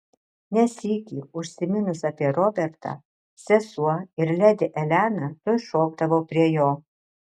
ne sykį užsiminus apie robertą sesuo ir ledi elena tuoj šokdavo prie jo